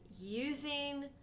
using